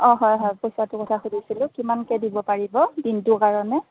অ হয় হয় পইচাটো কথা সুধিছিলোঁ কিমানকৈ দিব পাৰিব দিনটোৰ কাৰণে